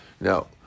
Now